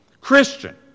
Christian